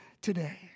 today